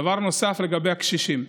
דבר נוסף, לגבי הקשישים,